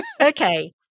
Okay